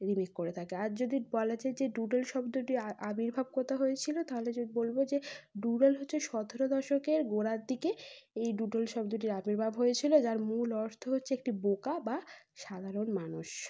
remake করে থাকে আর যদি বলা যায় যে ডুডল শব্দটির আবির্ভাব কোথায় হয়েছিল তাহলে যে বলব যে ডুডল হচ্ছে সতেরো দশকের গোড়ার দিকে এই ডুডল শব্দটির আবির্ভাব হয়েছিল যার মূল অর্থ হচ্ছে একটি বোকা বা সাধারণ মানুষ